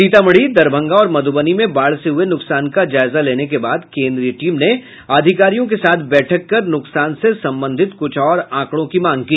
सीतामढ़ी दरभंगा और मध्बनी में बाढ़ से हये न्कसान का जायजा लेने के बाद केंद्रीय टीम ने अधिकारियों के साथ बैठक कर नुकसान से संबंधित कुछ और आंकड़ों की मांग की